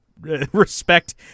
respect